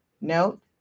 note